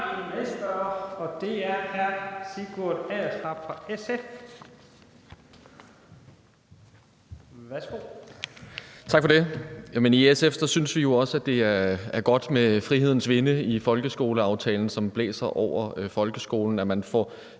Værsgo. Kl. 15:01 Sigurd Agersnap (SF): Tak for det. I SF synes vi jo også, det er godt med frihedens vinde i folkeskoleaftalen – vinde, som blæser over folkeskolen, så man får